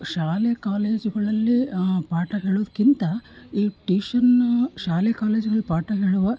ಶಾಲೆ ಕಾಲೇಜುಗಳಲ್ಲಿ ಪಾಠ ಹೇಳುದಕ್ಕಿಂತ ಈ ಟ್ಯೂಷನ್ನ ಶಾಲೆ ಕಾಲೇಜುಗಳಲ್ಲಿ ಪಾಠ ಹೇಳುವ